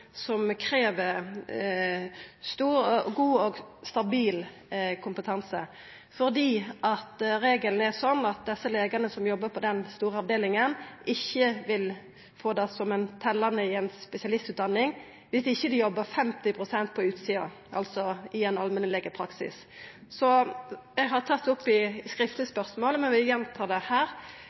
som krev stor, god og stabil kompetanse, fordi regelen er slik at dei legane som jobbar på den store avdelinga, ikkje vil få det som teljande i ei spesialistutdanning viss dei ikkje jobbar 50 pst. på utsida, altså i ein allmennlegepraksis. Eg har tatt det opp i skriftleg spørsmål, men vil gjenta det her: